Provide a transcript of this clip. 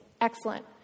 excellent